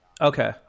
Okay